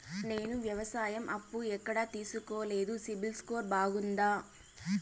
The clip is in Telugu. నేను వ్యవసాయం అప్పు ఎక్కడ తీసుకోలేదు, సిబిల్ స్కోరు బాగుందా?